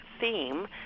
theme